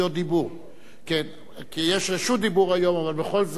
אבל בכל זאת נתנו לך עצה כדי שתהיה ראשון,